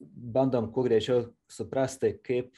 bandom kuo greičiau suprasti kaip